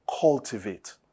cultivate